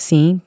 Sim